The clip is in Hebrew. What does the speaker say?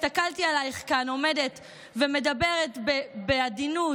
הסתכלתי עלייך כאן עומדת ומדברת בעדינות,